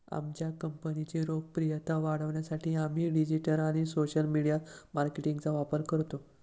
आमच्या कंपनीची लोकप्रियता वाढवण्यासाठी आम्ही डिजिटल आणि सोशल मीडिया मार्केटिंगचा वापर करतो